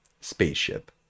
spaceship